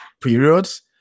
periods